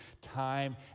time